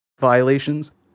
violations